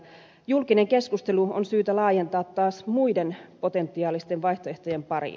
julkinen keskustelu on syytä laajentaa taas muiden potentiaalisten vaihtoehtojen pariin